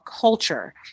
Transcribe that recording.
culture